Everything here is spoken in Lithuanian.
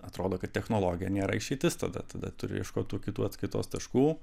atrodo kad technologija nėra išeitis tada tada turi ieškot tų kitų atskaitos taškų